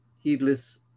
Heedless